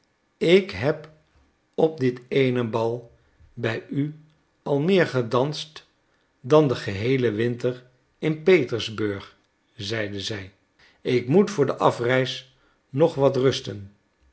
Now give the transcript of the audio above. ik heb op dit eene bal bij u al meer gedanst dan den geheelen winter in petersburg zeide zij ik moet voor de afreis nog wat rusten